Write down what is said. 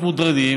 להיות מוטרדים,